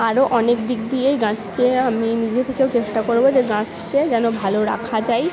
আরও অনেক দিক দিয়েই গাছকে আমি নিজে থেকেও চেষ্টা করবো যে গাছকে যেন ভালো রাখা যায়